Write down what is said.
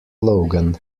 logan